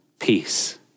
peace